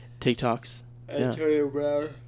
TikToks